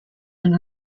and